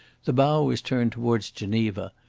the bow was turned towards geneva,